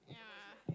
yeah